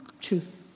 Truth